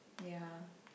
ya